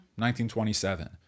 1927